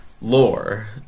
lore